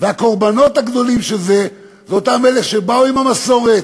והקורבנות הגדולים של זה הם אותם אלה שבאו עם המסורת,